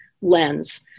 lens